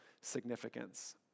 significance